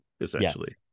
essentially